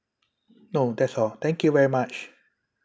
no that's all thank you very much